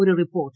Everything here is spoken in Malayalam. ഒരു റിപ്പോർട്ട്